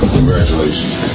Congratulations